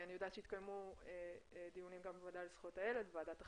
אני יודעת שהתקיימו דיונים גם בוועדה לזכויות הילד ובוועדת החינוך.